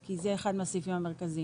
כי זה אחד מהסעיפים המרכזיים.